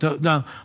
Now